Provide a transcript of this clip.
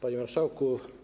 Panie Marszałku!